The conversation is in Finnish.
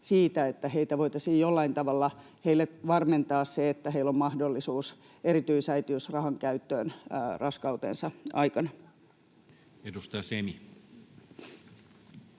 siitä, että voitaisiin jollain tavalla heille varmentaa se, että heillä on mahdollisuus erityisäitiysrahan käyttöön raskautensa aikana? Edustaja Semi.